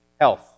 health